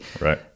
Right